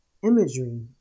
Imagery